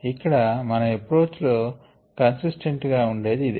ఇక్కడ మన ఎప్రోచ్ లో కన్సిస్టెంట్ గా ఉండేది ఇదే